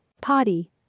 Potty